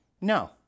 No